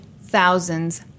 thousands